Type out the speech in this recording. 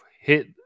hit